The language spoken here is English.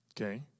Okay